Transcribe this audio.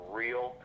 real